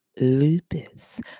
lupus